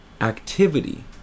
activity